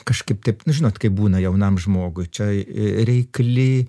kažkaip taip nu žinot kaip būna jaunam žmogui čia reikli